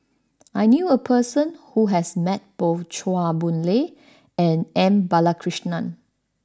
I knew a person who has met both Chua Boon Lay and M Balakrishnan